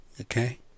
Okay